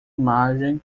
imagem